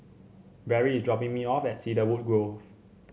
Barrie is dropping me off at Cedarwood Grove